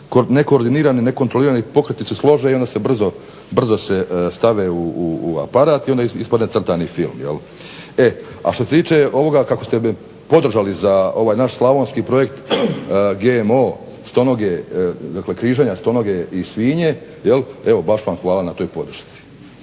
nekoordinirani, nekontrolirani pokreti se slože i onda se brzo stave u aparat i onda ispadne crtani film. A što se tiče ovoga kako ste nas podržali za ovaj naš slavonski projekt GMO stonoge, dakle križanja stonoge i svinje, evo baš vam hvala na toj podršci.